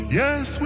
yes